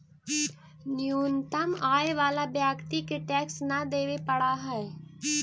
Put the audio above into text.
न्यूनतम आय वाला व्यक्ति के टैक्स न देवे पड़ऽ हई